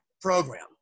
program